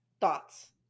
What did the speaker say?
Thoughts